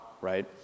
right